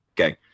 Okay